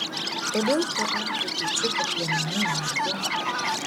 kodėl tu apgaubei džipą plieniniu narvu